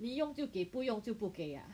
你用就给不用就不给 ah